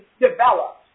developed